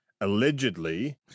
allegedly